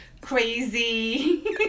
crazy